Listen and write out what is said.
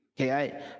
Okay